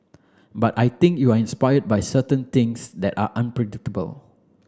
but I think you are inspired by certain things that are unpredictable